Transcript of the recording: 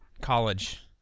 College